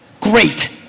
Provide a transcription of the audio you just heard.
great